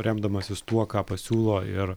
remdamasis tuo ką pasiūlo ir